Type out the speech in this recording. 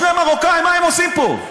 שני מרוקאים, מה הם עושים פה?